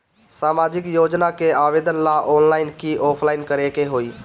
सामाजिक योजना के आवेदन ला ऑनलाइन कि ऑफलाइन करे के होई?